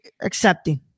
accepting